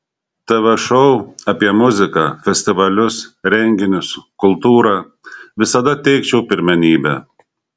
tv šou apie muziką festivalius renginius kultūrą visada teikčiau pirmenybę